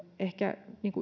ehkä